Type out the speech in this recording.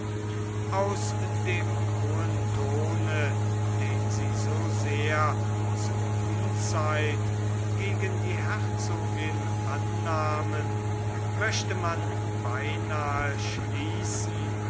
aus dem hohen tone den sie so sehr zur unzeit gegen die herzogin annahmen möchte man beinahe schließen